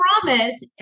promise